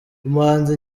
umuhanzi